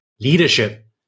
Leadership